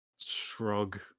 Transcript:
Shrug